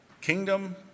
kingdom